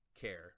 care